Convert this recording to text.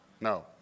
No